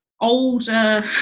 older